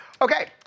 Okay